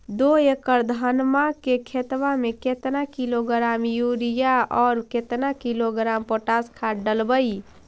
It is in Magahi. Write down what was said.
दो एकड़ धनमा के खेतबा में केतना किलोग्राम युरिया और केतना किलोग्राम पोटास खाद डलबई?